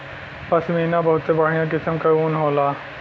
पश्मीना बहुते बढ़िया किसम क ऊन होला